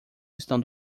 estão